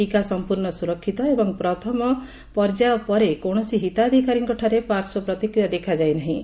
ଟିକା ସମ୍ମୂର୍ଣ୍ଣ ସୁରକ୍ଷିତ ଏବଂ ପ୍ରଥମ ପର୍ଯ୍ୟାୟ ପରେ କୌଣସି ହିତାଧିକାରୀଙ୍କଠାରେ ପାର୍ଶ୍ୱ ପ୍ରତିକ୍ରିୟା ଦେଖାଯାଇନାହିଁ